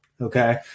okay